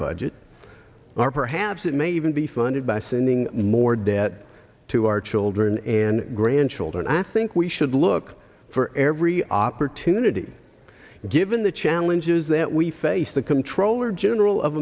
budget are perhaps it may even be funded by sending more debt to our children and grandchildren i think we should look for every opportunity given the challenges that we face the comptroller general of